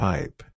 Pipe